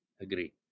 Agree